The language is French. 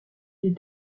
les